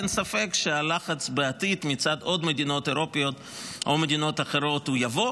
אין ספק שהלחץ בעתיד מצד עוד מדינות אירופיות או מדינות אחרות יבוא,